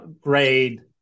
grade